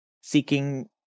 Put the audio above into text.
seeking